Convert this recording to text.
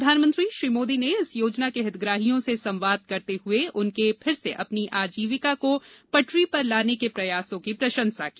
प्रधानमंत्री श्री मोदी ने इस योजना के हितग्राहियों से संवाद करते हुए उनके द्वारा किये गये फिर से अपनी आजीविका को पटरी पर लाने के प्रयासों की प्रशंसा की